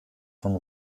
von